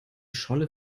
scholle